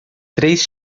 três